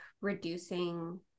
reducing